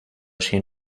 sin